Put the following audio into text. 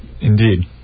Indeed